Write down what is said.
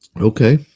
Okay